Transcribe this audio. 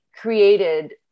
created